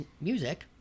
music